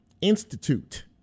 Institute